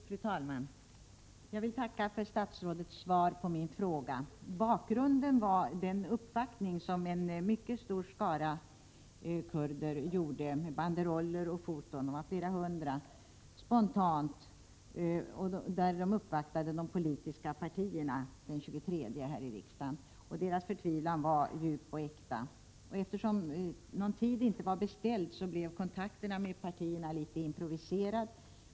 Fru talman! Jag vill tacka för statsrådets svar på min fråga. Bakgrunden var att en mycket stor skara kurder — flera hundra — med banderoller och foton spontant uppvaktade de politiska partierna den 23 april här i riksdagen. Deras förtvivlan var djup och äkta. Eftersom någon tid inte var beställd blev kontakterna med partierna litet improviserade.